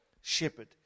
shepherd